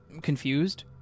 Confused